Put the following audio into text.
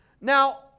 Now